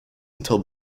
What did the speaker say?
until